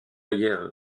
yale